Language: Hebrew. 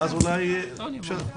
מסתובבים פה